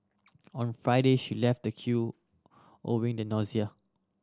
on Friday she left the queue owing the nausea